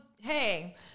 hey